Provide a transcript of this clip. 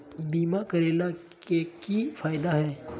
बीमा करैला के की फायदा है?